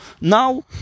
Now